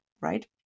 right